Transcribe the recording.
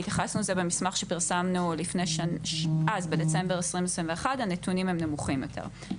והתייחסנו לזה במסמך שפרסמנו אז בדצמבר 2021 הנתונים הם נמוכים יותר.